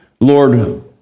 Lord